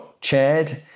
chaired